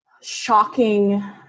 shocking